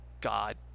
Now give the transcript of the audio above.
god